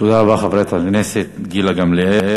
תודה רבה, חברת הכנסת גילה גמליאל.